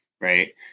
Right